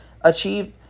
Achieve